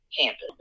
campus